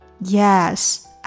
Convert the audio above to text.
Yes